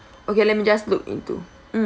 okay let me just look into mm